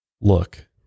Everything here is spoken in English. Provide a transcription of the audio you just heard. look